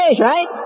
right